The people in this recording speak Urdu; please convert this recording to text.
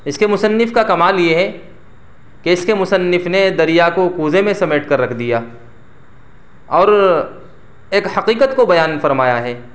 اس کے مصنف کا کمال یہ ہے کہ اس کے مصنف نے دریا کو کوزے میں سمیٹ کر رکھ دیا اور ایک حقیقت کو بیان فرمایا ہے